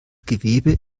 gewebe